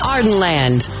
Ardenland